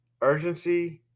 Urgency